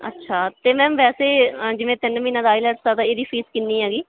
ਅੱਛਾ ਅਤੇ ਮੈਮ ਵੈਸੇ ਅ ਜਿਵੇਂ ਤਿੰਨ ਮਹੀਨੇ ਦਾ ਆਈਲੈਟਸ ਆ ਤਾਂ ਇਹਦੀ ਫੀਸ ਕਿੰਨੀ ਹੈ ਜੀ